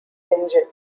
engine